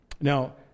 Now